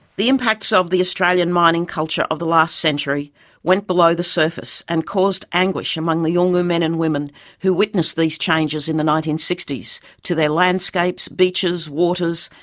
the impacts of the australian mining culture of the last century went below the surface and caused anguish among the yolngu men and women who witnessed these changes in the nineteen sixty s to their landscapes, beaches, waters,